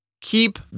keep